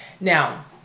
Now